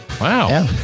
Wow